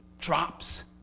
drops